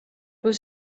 was